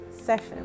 session